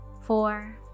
four